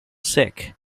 sick